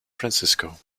francisco